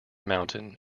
mountain